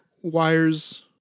wires